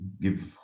give